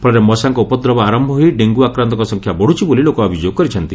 ଫଳରେ ମଶାଙ୍କ ଉପଦ୍ରବ ଆରମ୍ ହୋଇ ଡେଙ୍ଗୁ ଆକ୍ରାନ୍ତଙ୍କ ସଂଖ୍ୟା ବଢୁଛି ବୋଲି ଲୋକେ ଅଭିଯୋଗ କରିଛନ୍ତ